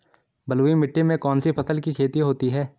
बलुई मिट्टी में कौनसी फसल की खेती होती है?